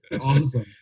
awesome